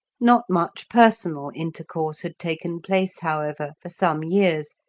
not much personal intercourse had taken place, however for some years,